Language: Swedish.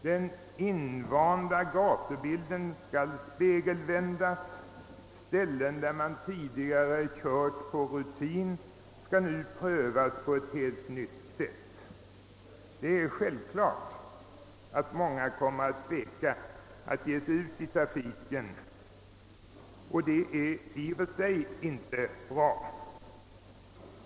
Den invanda gatubilden skall »spegelvändas», sträckor som man tidigare kört på rutin skall nu prövas på ett helt nytt sätt. Det är självklart att många då kommer att tveka att ge sig ut i trafiken, och det är i och för sig inte bra.